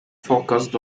focused